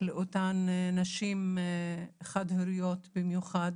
לאותן נשים חד הוריות במיוחד,